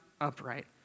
upright